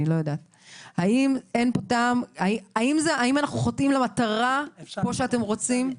האם אנחנו חוטאים למטרה שאתם רוצים?